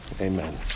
Amen